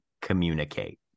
communicate